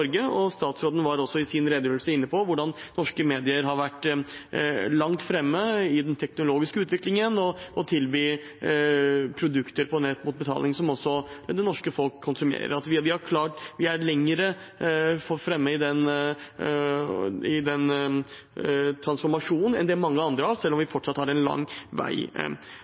sin redegjørelse inne på hvordan norske medier har vært langt framme i den teknologiske utviklingen ved å tilby produkter på nett mot betaling som også det norske folk konsumerer. Vi er lenger framme i den transformasjonen enn det mange andre er, selv om vi fortsatt har en lang vei